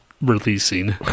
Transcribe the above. releasing